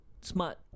smart